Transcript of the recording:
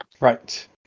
Right